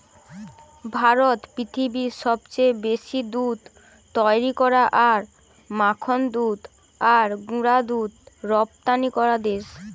ভারত পৃথিবীর সবচেয়ে বেশি দুধ তৈরী করা আর মাখন দুধ আর গুঁড়া দুধ রপ্তানি করা দেশ